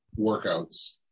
workouts